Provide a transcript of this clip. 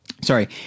Sorry